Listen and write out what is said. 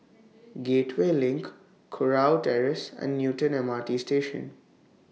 Gateway LINK Kurau Terrace and Newton M R T Station